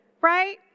Right